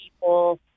people